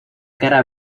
cara